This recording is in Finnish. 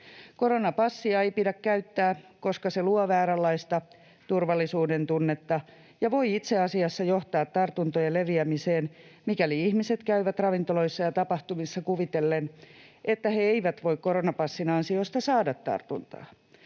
Koronapassia ei pidä käyttää, koska se luo vääränlaista turvallisuudentunnetta ja voi itse asiassa johtaa tartuntojen leviämiseen, mikäli ihmiset käyvät ravintoloissa ja tapahtumissa kuvitellen, että he eivät voi koronapassin ansiosta saada tartuntaa.